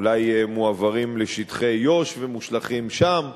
אולי מועברות לשטחי יו"ש ומושלכות שם.